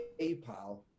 PayPal